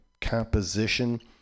composition